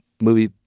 movie